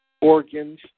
organs